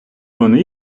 вони